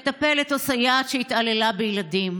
מטפלת או סייעת שהתעללה בילדים